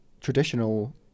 traditional